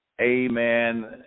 Amen